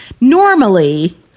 normally